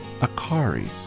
Akari